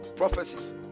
prophecies